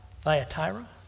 Thyatira